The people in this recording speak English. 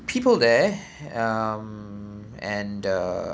people there um and uh